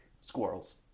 Squirrels